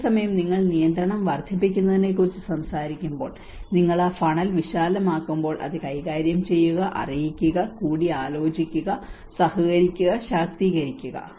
അതേസമയം നിങ്ങൾ നിയന്ത്രണം വർദ്ധിപ്പിക്കുന്നതിനെ കുറിച്ച് സംസാരിക്കുമ്പോൾ നിങ്ങൾ ആ ഫണൽ വിശാലമാക്കുമ്പോൾ അത് കൈകാര്യം ചെയ്യുക അറിയിക്കുക കൂടിയാലോചിക്കുക സഹകരിക്കുക ശാക്തീകരിക്കുക